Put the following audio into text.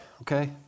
okay